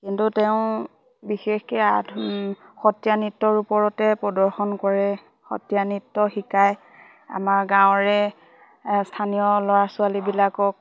কিন্তু তেওঁ বিশেষকে আঠ সত্ৰীয়া নৃত্যৰ ওপৰতে প্ৰদৰ্শন কৰে সত্ৰীয়া নৃত্য শিকায় আমাৰ গাঁৱৰে স্থানীয় ল'ৰা ছোৱালীবিলাকক